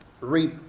reap